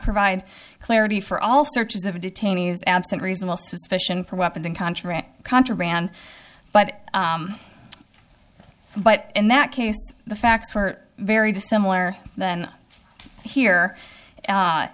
provide clarity for all searches of detainees absent reasonable suspicion for weapons and contract contraband but but in that case the facts were very dissimilar then here